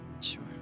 Sure